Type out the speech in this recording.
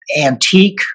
antique